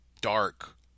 dark